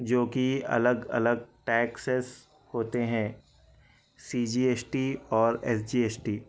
جو کہ الگ الگ ٹیکسس ہوتے ہیں سی جی ایس ٹی اور ایس جی ایس ٹی